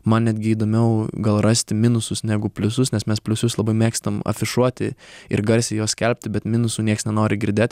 man netgi įdomiau gal rasti minusus negu pliusus nes mes pliusus labai mėgstam afišuoti ir garsiai juos skelbti bet minusų nieks nenori girdėt